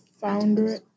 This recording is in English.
founder